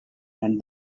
and